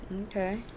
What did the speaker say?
Okay